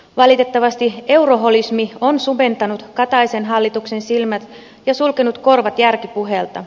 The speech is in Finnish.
valitettavasti euroholismi on sumentanut kataisen hallituksen silmät ja sulkenut korvat järkipuheelta